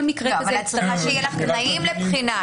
את צריכה שיהיו לך תנאים לבחינה.